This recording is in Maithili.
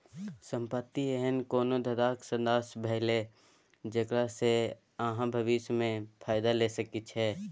संपत्ति एहन कोनो धंधाक साधंश भेलै जकरा सँ अहाँ भबिस मे फायदा लए सकै छी